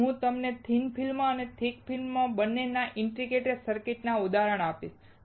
અને હું તમને થિન ફિલ્મ અને થીક ફિલ્મ બંનેના ઇન્ટિગ્રેટેડ સર્કિટ્સનું ઉદાહરણ આપીશ